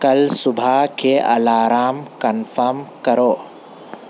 کل صبح کے الارم کنفرم کرو